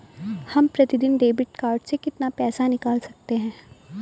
हम प्रतिदिन debit card से कितना पैसा निकाल सकते हैं?